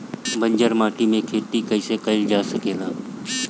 बंजर माटी में खेती कईसे कईल जा सकेला?